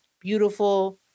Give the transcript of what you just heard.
Beautiful